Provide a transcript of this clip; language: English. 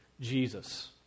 Jesus